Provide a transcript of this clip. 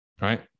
right